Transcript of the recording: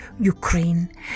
Ukraine